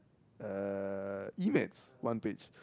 uh e-maths one page